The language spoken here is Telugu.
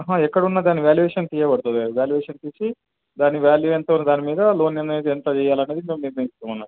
ఎక్కడున్నా దాని వాల్యుయేషన్ తీయబడుతుంది వ్యాల్యువేషన్ చూసి దాని వ్యాల్యూ ఎంత దాని మీద లోన్ అనేది ఎంత ఇవ్వాలన్నది మేము నిర్ణయిస్తాం అన్నట్టు